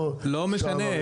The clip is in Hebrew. לא משנה.